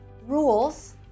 rules